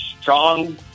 strong